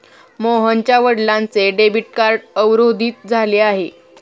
मोहनच्या वडिलांचे debit card अवरोधित झाले आहे